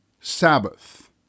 Sabbath